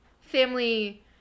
family